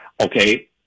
Okay